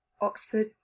Oxford